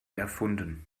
erfunden